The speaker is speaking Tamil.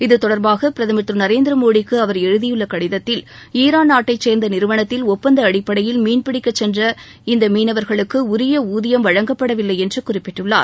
இதுதொடர்பாக பிரதமர் திரு நரேந்திரமோடிக்கு அவர் எழுதியுள்ள கடிதத்தில் ஈரான் நாட்டைச் சேர்ந்த நிறுவனத்தில் ஒப்பந்த அடிப்படையில் மீன்பிடிக்கச் சென்ற இந்த மீனவர்களுக்கு உரிய ஊதியம் வழங்கப்படவில்லை என்று குறிப்பிட்டுள்ளார்